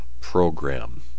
program